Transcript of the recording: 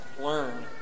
learn